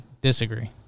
Disagree